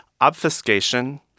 obfuscation